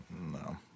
No